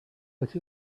but